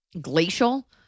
glacial